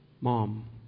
mom